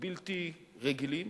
בלתי רגילים,